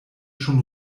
schon